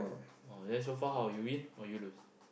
oh then so far how you win or you lose